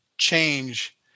change